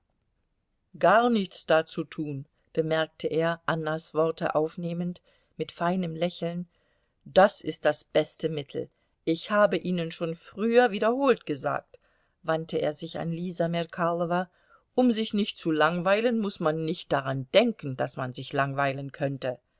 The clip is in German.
gar nichts dazu tun bemerkte er annas worte aufnehmend mit feinem lächeln das ist das beste mittel ich habe ihnen schon früher wiederholt gesagt wandte er sich an lisa merkalowa um sich nicht zu langweilen muß man nicht daran denken daß man sich langweilen könnte